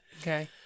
Okay